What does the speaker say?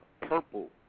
purple